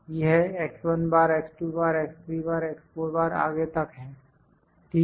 यह आगे तक है ठीक है